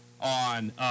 on